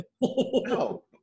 no